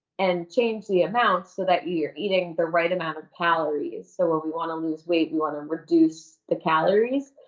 and change the amount so that you're eating the right amount of calories so, when we want to lose weight, we want to reduce the calories.